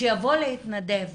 שיבוא להתנדב